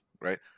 right